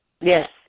Yes